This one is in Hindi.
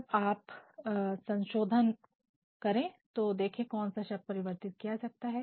जब आप संशोधन करें तो देखें कौन सा शब्द परिवर्तित किया जा सकता है